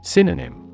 Synonym